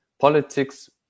politics